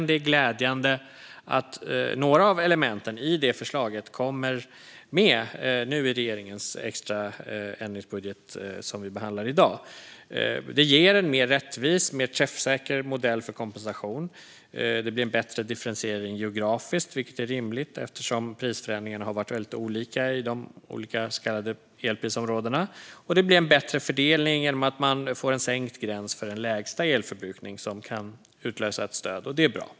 Det är glädjande att några av elementen i det förslaget nu kommer med i regeringens extra ändringsbudget som vi behandlar i dag. Det ger en mer rättvis och träffsäker modell för kompensation. Det blir en bättre differentiering geografiskt, vilket är rimligt eftersom prisförändringarna har varit väldigt olika i de olika så kallade elprisområdena. Det blir en bättre fördelning genom att man får en sänkt gräns för den lägsta elförbrukning som kan utlösa ett stöd, och det är bra.